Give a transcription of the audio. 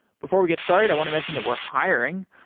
before we get started, i want to mention that we're hiring.